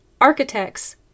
architects